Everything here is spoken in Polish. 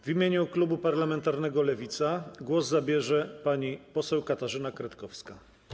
W imieniu klubu parlamentarnego Lewica głos zabierze pani poseł Katarzyna Kretkowska.